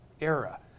era